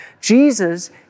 Jesus